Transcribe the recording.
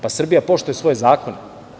Pa, Srbija poštuje svoje zakone.